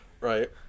Right